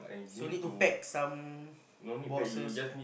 so need to pack some boxes right